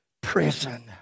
prison